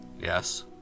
Yes